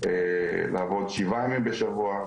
לעבוד שבעה ימים בשבוע,